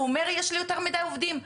הוא אומר יש לי יותר מידיי עובדים,